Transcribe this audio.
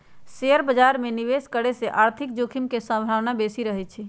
share बाजार में निवेश करे से आर्थिक जोखिम के संभावना बेशि रहइ छै